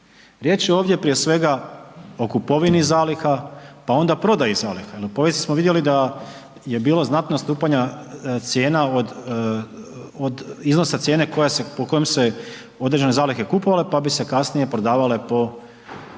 riječ je ovdje prije svega o kupovini zaliha, pa onda prodaji zaliha jer u povijesti smo vidjeli da je bilo znatno odstupanja cijena od iznosa cijene koja se, po kojom se određene zalihe kupovale pa bi se kasnije prodavale po većoj